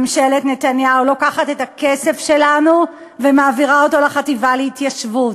ממשלת נתניהו לוקחת את הכסף שלנו ומעבירה אותו לחטיבה להתיישבות